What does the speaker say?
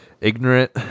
ignorant